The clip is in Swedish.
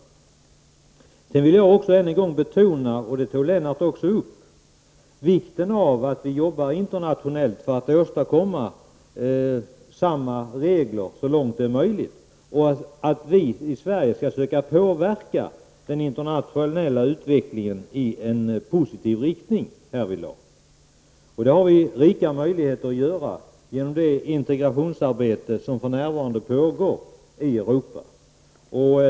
Sedan vill jag än en gång betona, och det tog Lennart Brunander också upp, vikten av att vi jobbar internationellt för att så långt det är möjligt åstadkomma samma regler och att vi i Sverige skall söka påverka den internationella utvecklingen i positiv riktning härvidlag. Det har vi rika möjligheter att göra genom det integrationsarbete som för närvarande pågår i Europa.